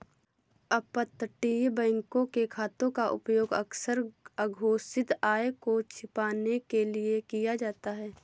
अपतटीय बैंकों के खातों का उपयोग अक्सर अघोषित आय को छिपाने के लिए किया जाता था